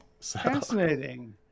Fascinating